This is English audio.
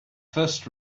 first